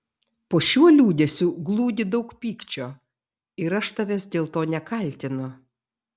po šiuo liūdesiu glūdi daug pykčio ir aš tavęs dėl to nekaltinu